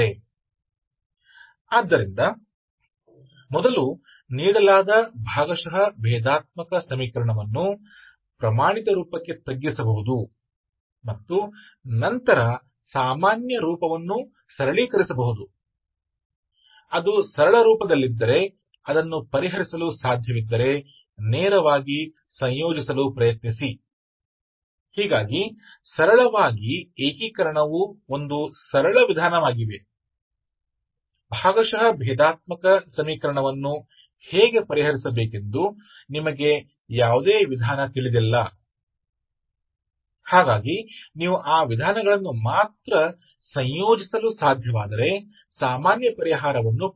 तो हम इस तरह हल करते हैं कि हम पहले दिए गए पार्शियल डिफरेंशियल समीकरण को मानक रूप में कम कर सकते हैं और फिर सामान्य रूप को सामान्य रूप को कम कर सकते हैं यदि इसे सरल रूप में हल किया जा सकता है तो सीधे एकीकृत करने का प्रयास करें इसलिए केवल सरल विधि केवल एकीकरण है ठीक है आप पार्शियल डिफरेंशियल समीकरण को हल करने का कोई तरीका नहीं जानते हैं इसलिए यदि आप केवल उन प्रारंभिक विधियों को एकीकृत कर सकते हैं जिन्हें आप लागू कर सकते हैं और अपना सामान्य समाधान प्राप्त कर सकते हैं